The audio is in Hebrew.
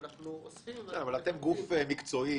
ואנחנו אוספים --- אבל אתם גוף מקצועי,